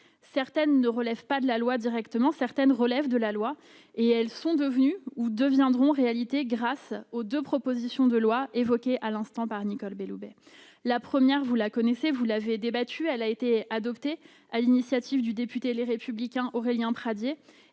Certaines ne relèvent pas de la loi directement ; d'autres, oui. Elles sont devenues ou deviendront réalité grâce aux deux propositions de loi évoquée à l'instant par Nicole Belloubet. La première proposition de loi, vous la connaissez, vous en avez débattu, c'est celle qui a été adoptée sur l'initiative du député Les Républicains Aurélien Pradié.